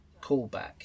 callback